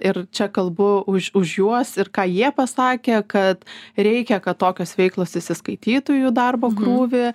ir čia kalbu už už juos ir ką jie pasakė kad reikia kad tokios veiklos įsiskaitytų į jų darbo krūvį